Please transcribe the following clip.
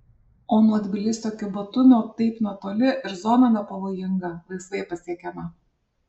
o nuo tbilisio iki batumio taip netoli ir zona nepavojinga laisvai pasiekiama